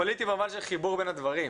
פוליטי במובן של חיבור בין הדברים,